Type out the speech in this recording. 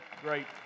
great